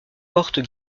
portes